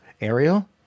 Ariel